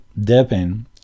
dipping